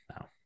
no